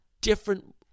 different